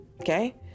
Okay